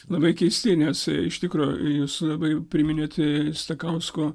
labai keistai nes iš tikro jūs labai priminėt stakausko